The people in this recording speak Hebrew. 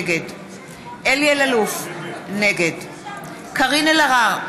נגד אלי אלאלוף, נגד קארין אלהרר,